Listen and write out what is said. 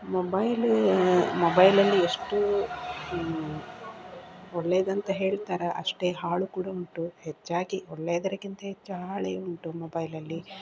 mobile ಮೊಬೈಲಲ್ಲಿ ಎಷ್ಟು ಒಳ್ಳೆಯದಂತ ಹೇಳ್ತಾರೋ ಅಷ್ಟೇ ಹಾಳು ಕೂಡ ಉಂಟು ಹೆಚ್ಚಾಗಿ ಒಳ್ಳೆಯದಕ್ಕಿಂತ ಹೆಚ್ಚು ಹಾಳೇ ಉಂಟು ಮೊಬೈಲಲ್ಲಿ